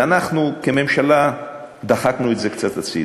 ואנחנו כממשלה דחקנו את זה קצת הצדה.